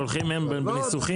הולכים בניסוחים,